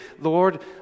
Lord